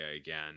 again